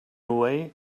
way